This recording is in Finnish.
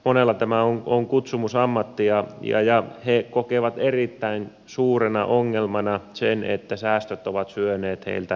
monella tämä on kutsumusammatti ja he kokevat erittäin suurena ongelmana sen että säästöt ovat syöneet heiltä resursseja